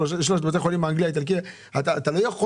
אתה צריך